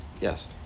yes